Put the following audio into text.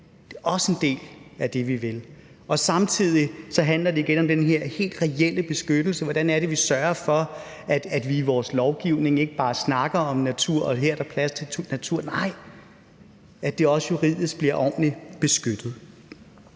Det er også en del af det, vi vil. Og samtidig handler det igen om den her helt reelle beskyttelse: Hvordan er det, vi sørger for, at vi i vores lovgivning ikke bare snakker om natur, og at her er der plads til natur, men at det også juridisk bliver ordentligt beskyttet?